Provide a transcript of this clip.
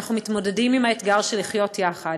ואנחנו מתמודדים עם האתגר של לחיות יחד,